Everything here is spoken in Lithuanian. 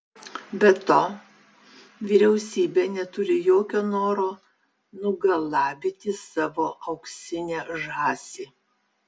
be to vyriausybė neturi jokio noro nugalabyti savo auksinę žąsį